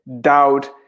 doubt